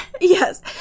Yes